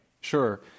Sure